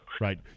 Right